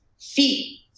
Feet